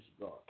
God